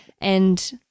and-